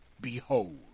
Behold